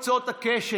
מכל קצות הקשת.